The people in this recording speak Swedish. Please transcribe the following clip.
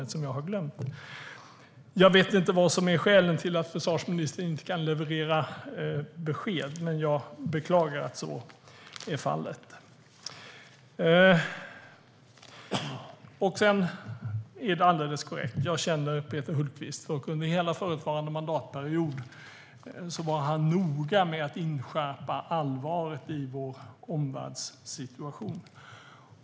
1972." Jag känner inte till skälen till att försvarsministern inte kan leverera besked, men jag beklagar att så är fallet. Det är alldeles korrekt att jag känner Peter Hultqvist och att han under hela förra mandatperioden var noga med att inskärpa allvaret i vår omvärldssituation.